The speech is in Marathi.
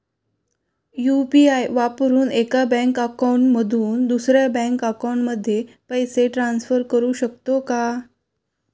यु.पी.आय वापरून एका बँक अकाउंट मधून दुसऱ्या बँक अकाउंटमध्ये पैसे ट्रान्सफर करू शकतो का?